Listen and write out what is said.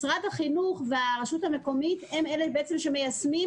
משרד החינוך והרשות המקומית הם אלו שמיישמים